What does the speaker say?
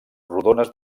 rodones